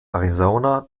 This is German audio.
arizona